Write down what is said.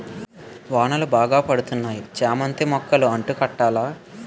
వానలు బాగా పడతన్నాయి చామంతి మొక్కలు అంటు కట్టాల